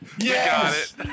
Yes